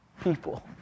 people